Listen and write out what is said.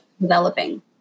Developing